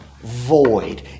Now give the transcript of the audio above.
void